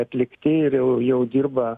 atlikti ir jau jau dirba